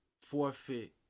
forfeit